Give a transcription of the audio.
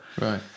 Right